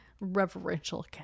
reverential